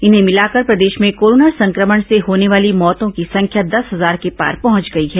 इन्हें भिलाकर प्रदेश में कोरोना संक्रमण से होने वाली मौतों की संख्या दस हजार के पार पहुंच गई है